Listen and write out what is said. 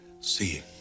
see